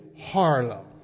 Harlem